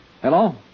Hello